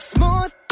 Smooth